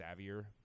savvier